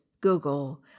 Google